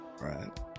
right